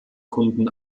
kunden